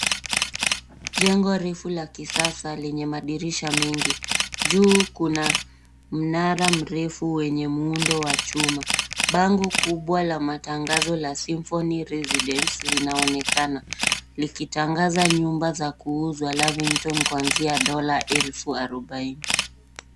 Jengo refu la kisasa lenye madirisha mengi. Juu kuna mnara mrefu wenye muundo wa chuma. Bango kubwa la matangazo la symphony residence ,linaonekana likitangaza nyumba za kuuzwa Lavington kuanzia dola elfu arobaini.